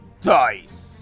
Dice